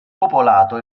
popolato